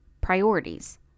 priorities